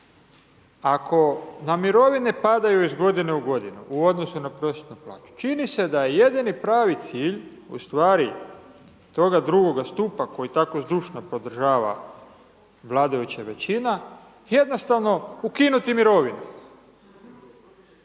Ako na mirovine padaju iz godine u godinu u godinu u odnosu na prosječnu plaću, čini se da je jedini pravi cilj ustvari toga drugoga stupa koji tako zdušno podržava vladajuća većina jednostavno ukinuti mirovinu,